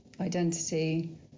identity